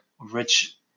rich